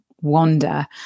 wander